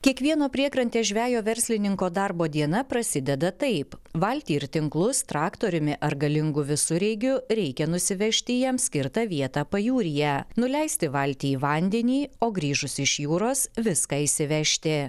kiekvieno priekrantėje žvejo verslininko darbo diena prasideda taip valtį ir tinklus traktoriumi ar galingu visureigiu reikia nusivežti į jam skirtą vietą pajūryje nuleisti valtį į vandenį o grįžus iš jūros viską išsivežti